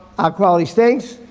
ah quality stinks.